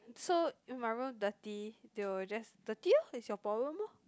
so if my room dirty they will just dirty lor it's your problem lor